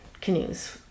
canoes